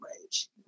rage